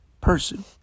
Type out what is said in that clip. person